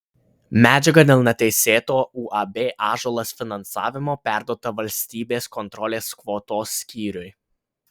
medžiaga dėl neteisėto uab ąžuolas finansavimo perduota valstybės kontrolės kvotos skyriui